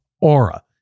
Aura